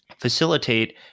facilitate